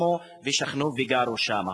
ושכנו שם וגרו שם.